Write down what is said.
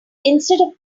instead